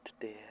dear